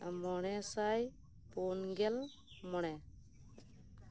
ᱢᱚᱬᱮ ᱥᱟᱭ ᱯᱳᱱᱜᱮᱞ ᱢᱚᱬᱮ